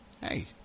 Hey